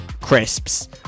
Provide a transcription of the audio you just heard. crisps